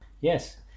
yes